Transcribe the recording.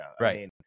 Right